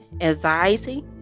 anxiety